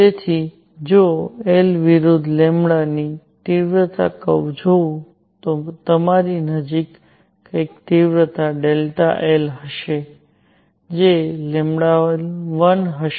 તેથી જો I વિરુદ્ધ ની તીવ્રતા કર્વ જોઉં તો મારી નજીક માં કંઈક તીવ્રતા ΔI હશે જે 1 હશે